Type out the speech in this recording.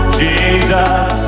jesus